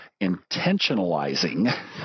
intentionalizing